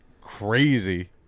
crazy